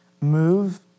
move